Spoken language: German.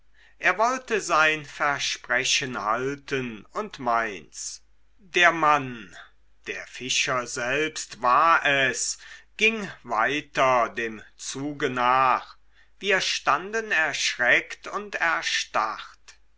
er wollte sein versprechen halten und meins der mann der fischer selbst war es ging weiter dem zuge nach wir standen erschreckt und erstarrt